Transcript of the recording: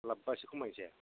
लाबोबा एसे खमायसै